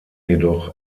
jedoch